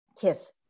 kiss